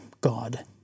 God